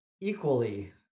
equally